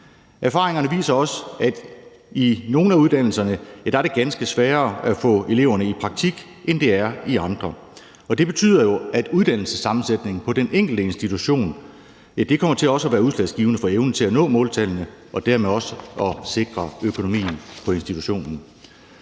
Erfaringerne viser også, at i nogle af uddannelserne er det betydelig sværere at få eleverne i praktik, end det er i andre, og det betyder jo, at uddannelsessammensætningen på den enkelte institution også kommer til at være udslagsgivende for evnen til at nå måltallene og dermed også at sikre økonomien på institutionen.